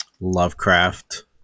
Lovecraft